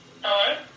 Hello